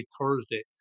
Thursday